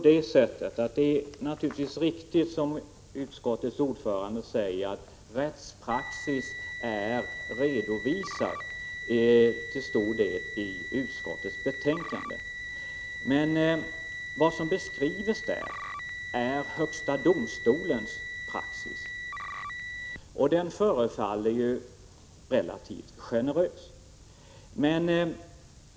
Det är riktigt som utskottets ordförande säger att rättspraxis till stor del är redovisad i utskottets betänkande. Men vad som beskrivs är högsta domstolens praxis, och den förefaller relativt generös.